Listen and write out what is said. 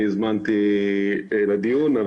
אני הוזמנתי לדיון.